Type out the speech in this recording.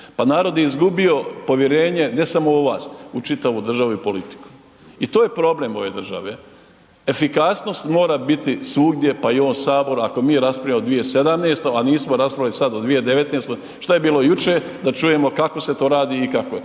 narod je izgubio povjerenje ne samo u vas, u čitavu državu i politiku i to je problem ove države. Efikasnost mora biti svugdje pa i u ovom Saboru ako mi raspravljamo o 2017. a nismo raspravljali sad o 2019., šta je bilo jučer, da čujemo kako se to radi i kako je.